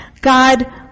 God